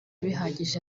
bihagije